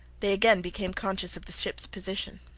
they again became conscious of the ships position.